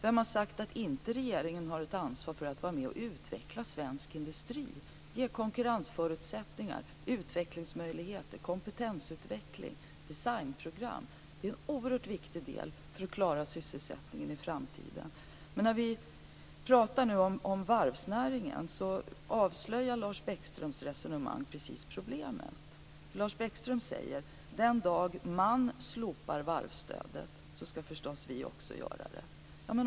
Vem har sagt att inte regeringen har ett ansvar för att utveckla svensk industri, ge konkurrensförutsättningar, utvecklingsmöjligheter, kompetensutveckling och designprogram? Det är en oerhört viktig del för att klara sysselsättningen i framtiden. När vi talar om varvsnäringen avslöjar Lars Bäckströms resonemang precis problemet. Lars Bäckström säger: Den dag man slopar varvsstödet skall också vi göra det.